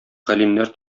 галимнәр